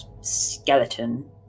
skeleton